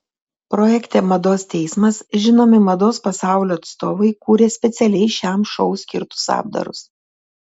projekte mados teismas žinomi mados pasaulio atstovai kūrė specialiai šiam šou skirtus apdarus